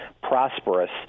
prosperous